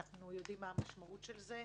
ואנחנו יודעים מה המשמעות של זה.